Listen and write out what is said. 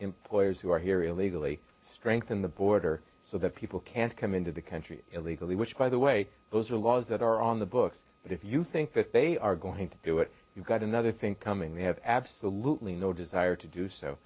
employers who are here illegally strengthen the border so that people can't come into the country illegally which by the way those are laws that are on the books if you think that they are going to do it you've got another think coming they have absolutely no desire to do so